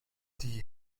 die